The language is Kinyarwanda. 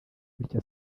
bityo